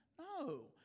No